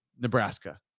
Nebraska